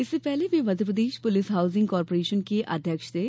इससे पहले वे मध्यप्रदेश पुलिस हाउसिंग कार्पोरेशन के अध्यक्ष थे